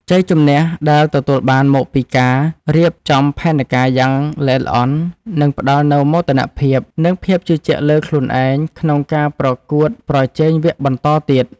ជ័យជម្នះដែលទទួលបានមកពីការរៀបចំផែនការយ៉ាងល្អិតល្អន់នឹងផ្ដល់នូវមោទនភាពនិងភាពជឿជាក់លើខ្លួនឯងក្នុងការប្រកួតប្រជែងវគ្គបន្តទៀត។